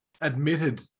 admitted